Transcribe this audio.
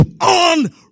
on